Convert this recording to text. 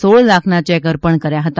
સોળ લાખના ચેક અર્પણ કર્યા હતા